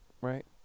right